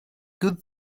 good